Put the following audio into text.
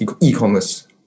e-commerce